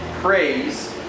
praise